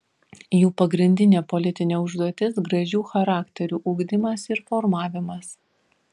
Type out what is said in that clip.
jų pagrindinė politinė užduotis gražių charakterių ugdymas ir formavimas